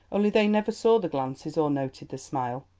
only they never saw the glances or noted the smile.